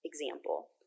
Example